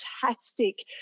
fantastic